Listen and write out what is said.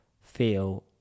feel